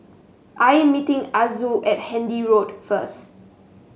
I am meeting Azul at Handy Road first